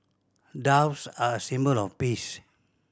doves are a symbol of peace